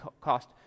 cost